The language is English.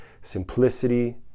Simplicity